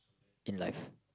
in life